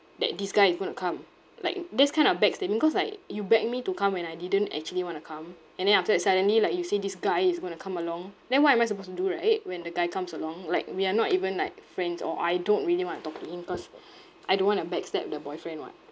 that this guy is going to come like this kind of backstabbing cause like you beg me to come when I didn't actually want to come and then after that suddenly like you say this guy is going to come along then what am I supposed to do right when the guy comes along like we are not even like friends or I don't really want to talk to him cause I don't want to back stab the boyfriend [what]